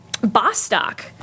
Bostock